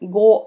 go